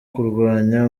kurwanya